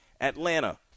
Atlanta